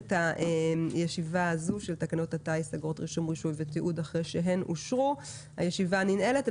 הצבעה אושר התקנות אושרו פה אחד.